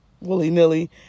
willy-nilly